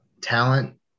talent